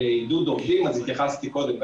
עובדים אז התייחסתי קודם.